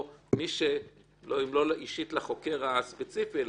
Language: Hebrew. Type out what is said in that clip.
גם אם לא אישית לחוקר הספציפי,